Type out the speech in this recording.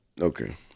Okay